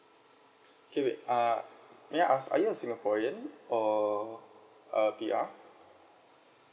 K wait uh may I ask are you a singaporean or uh P_R